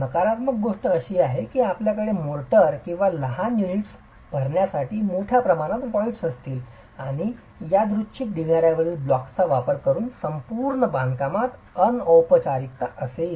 नकारात्मक गोष्ट अशी आहे की आपल्याकडे मोर्टार किंवा लहान युनिट्स भरण्यासाठी मोठ्या प्रमाणात व्हॉईड असतील आणि यादृच्छिक ढिगाऱ्यावरील ब्लॉक्सचा वापर करून संपूर्ण बांधकामात अनौपचारिकता असेल